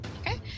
Okay